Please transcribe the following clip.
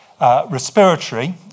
respiratory